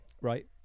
right